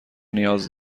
نیاز